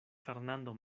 fernando